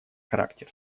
характер